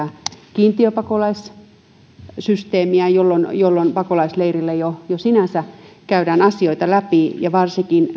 kiintiöpakolaissysteemiä jolloin jolloin pakolaisleirillä jo jo sinänsä käydään asioita läpi ja varsinkin